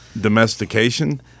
domestication